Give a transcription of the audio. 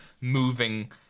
moving